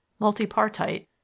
multipartite